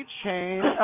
change